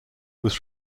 was